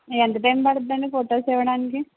ఎంత టైమ్ పడుద్దండి ఫోటోస్ ఇవ్వడానికి